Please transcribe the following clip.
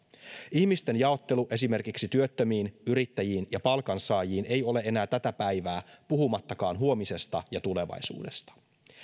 ihmisten jaottelu esimerkiksi työttömiin yrittäjiin ja palkansaajiin ei ole enää tätä päivää puhumattakaan huomisesta ja tulevaisuudesta